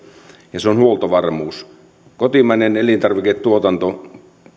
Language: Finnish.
ja se on huoltovarmuus kotimainen elintarviketuotanto